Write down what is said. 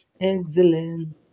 excellent